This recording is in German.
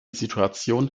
situation